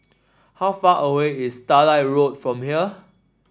how far away is Starlight Road from here